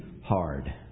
hard